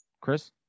Chris